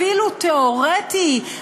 אפילו תיאורטי,